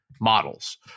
models